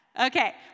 Okay